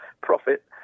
profit